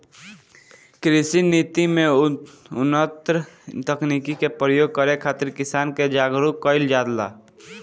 कृषि नीति में उन्नत तकनीकी के प्रयोग करे खातिर किसान के जागरूक कईल जाला